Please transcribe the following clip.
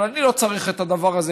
אבל אני לא צריך את הדבר הזה.